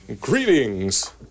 Greetings